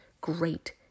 Great